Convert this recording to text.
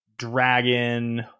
Dragon